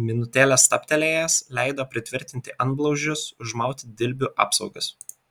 minutėlę stabtelėjęs leido pritvirtinti antblauzdžius užmauti dilbių apsaugas